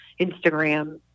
Instagram